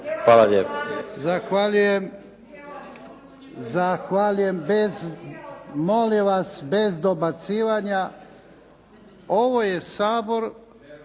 Hvala lijepo.